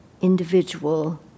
individual